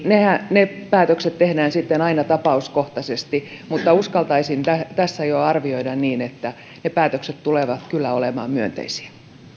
ne päätökset tehdään sitten aina tapauskohtaisesti mutta uskaltaisin jo tässä arvioida niin että ne päätökset tulevat kyllä olemaan myönteisiä